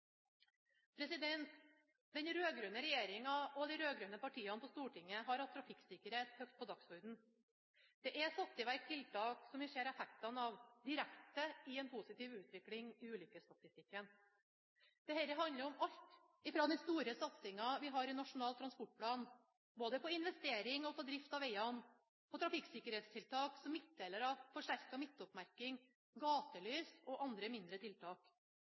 Den rød-grønne regjeringen og de rød-grønne partiene på Stortinget har hatt trafikksikkerhet høyt på dagsordenen. Det er satt i verk tiltak som vi ser effektene av direkte i en positiv utvikling i ulykkesstatistikken. Dette handler om alt fra den store satsingen vi har i Nasjonal transportplan, både på investering og drift av vegene og på trafikksikkerhetstiltak som midtdelere, forsterket midtoppmerking, gatelys og andre mindre tiltak.